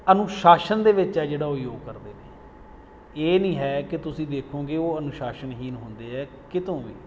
ਅਨੁਸ਼ਾਸਨ ਦੇ ਵਿੱਚ ਹੈ ਜਿਹੜਾ ਉਹ ਯੋਗ ਕਰਦੇ ਨੇ ਇਹ ਨਹੀਂ ਹੈ ਕਿ ਤੁਸੀਂ ਦੇਖੋਗੇ ਉਹ ਅਨੁਸ਼ਾਸਨਹੀਣ ਹੁੰਦੇ ਹੈ ਕਿਤੋਂ ਵੀ